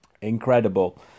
incredible